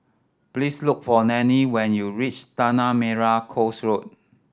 please look for Nanie when you reach Tanah Merah Coast Road